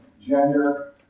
gender